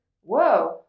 Whoa